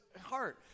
heart